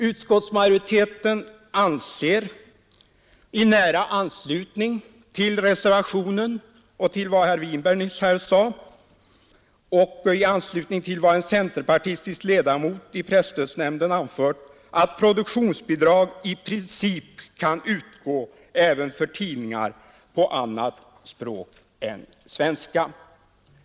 Utskottsmajoriteten anser, i nära anslutning till reservationen och till vad herr Winberg nyss sade samt i anslutning till vad en centerpartistisk ledamot i presstödsnämnden anfört, att produktionsbidrag i princip kan utgå även för tidningar på annat språk än svenska.